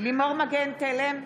לימור מגן תלם,